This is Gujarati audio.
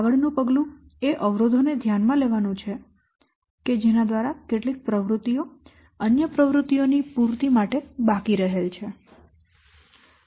આગળનું પગલું એ અવરોધો ને ધ્યાનમાં લેવાનું છે કે જેના દ્વારા કેટલીક પ્રવૃત્તિઓ અન્ય પ્રવૃત્તિઓની પૂર્તિ માટે બાકી રહેલ છે